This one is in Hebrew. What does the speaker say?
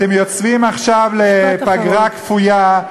אתם יוצאים עכשיו לפגרה כפויה,